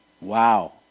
Wow